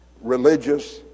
religious